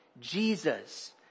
Jesus